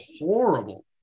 horrible